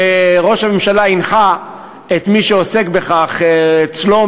וראש הממשלה הנחה את מי שעוסק בכך אצלו,